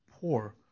poor